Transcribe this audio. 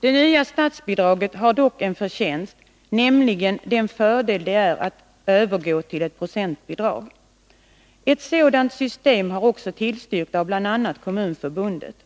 Det nya statsbidraget har dock en förtjänst, nämligen den fördel det är att övergå till ett procentbidrag. Ett sådant system har också tillstyrkts av bl.a. Kommunförbundet.